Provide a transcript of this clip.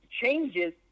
changes